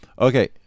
Okay